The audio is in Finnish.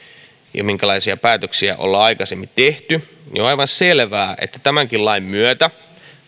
ja siihen minkälaisia päätöksiä ollaan aikaisemmin tehty ja siihen perehtyy niin on aivan selvää että tämänkin lain myötä